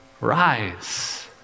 rise